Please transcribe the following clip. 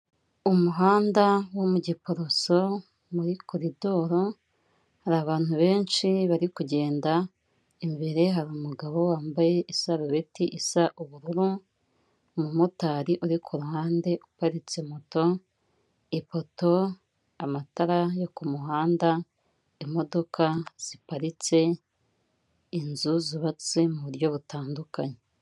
Umuhanda wo mu Giporoso muri koridoro, hari abantu benshi bari kugenda, imbere hari umugabo wambaye isarubeti isa ubururu, umumotari uri ku ruhande uparitse moto, ipoto amatara yo ku muhanda, imodoka ziparitse, inzu zubatse mu buryo butandukanye.